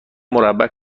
مربع